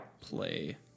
play